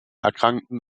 erkrankten